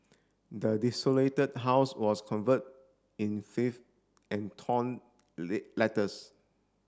the desolated house was convert in filth and torn letters